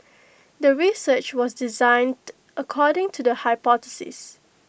the research was designed according to the hypothesis